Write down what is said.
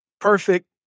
perfect